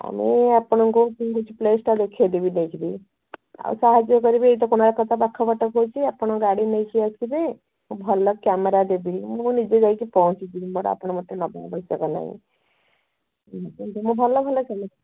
ମୁଁ ଆପଣଙ୍କୁ ହେଉଛି ପ୍ଲେସ୍ଟା ଦେଖାଇ ଦେବି ଯାଇ କରି ଆଉ ସାହାଯ୍ୟ କରିବି ଏଇଠୁ କୋଣାର୍କ ପାଖ ବାଟ ହେଉଛି ଆପଣ ଗାଡ଼ି ନେଇକି ଆସିବେ ଭଲ କ୍ୟାମେରା ଦେବି ମୁଁ ନିଜେ ଯାଇକି ପହଞ୍ଚିଯିବି ମୋତେ ନେବାର ଆବ୍ୟଶକତା ନାହିଁ ଭଲ ଭଲ